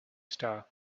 star